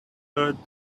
hurt